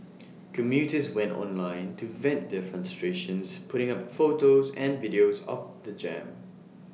commuters went online to vent their frustrations putting up photos and videos of the jam